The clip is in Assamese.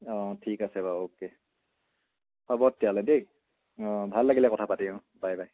অঁ ঠিক আছে বাৰু অ'কে হ'ব তেতিয়াহ'লে দেই অঁ ভাল লাগিলে কথা পাতি অঁ বাই বাই